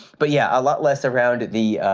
but yeah, a lot less around the